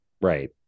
right